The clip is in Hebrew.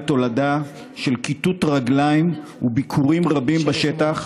תולדה של כיתות רגליים וביקורים רבים בשטח,